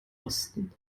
osten